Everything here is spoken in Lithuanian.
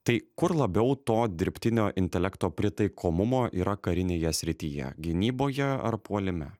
tai kur labiau to dirbtinio intelekto pritaikomumo yra karinėje srityje gynyboje ar puolime